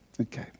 Okay